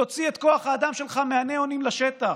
תוציא את כוח האדם שלך מהניאונים לשטח,